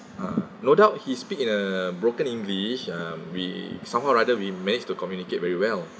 ah no doubt he speak in a broken english um we somehow rather we managed to communicate very well